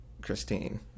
Christine